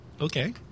Okay